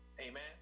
Amen